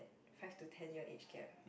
five to ten year age gap